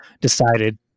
decided